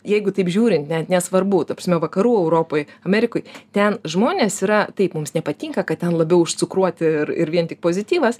jeigu taip žiūrin ne nesvarbu ta prasme vakarų europoj amerikoj ten žmonės yra taip mums nepatinka kad ten labiau užcukruoti ir ir vien tik pozityvas